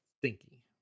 stinky